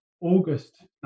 August